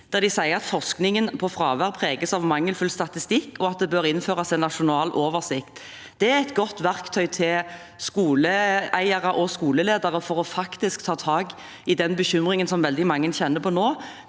der de sier at forskningen på fravær preges av mangelfull statistikk, og at det bør innføres en nasjonal oversikt. Det er et godt verktøy til skoleeiere og skoleledere for faktisk å ta tak i den bekymringen som veldig mange kjenner på nå.